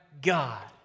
God